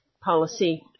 policy